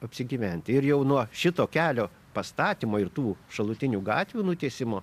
apsigyventi ir jau nuo šito kelio pastatymo ir tų šalutinių gatvių nutiesimo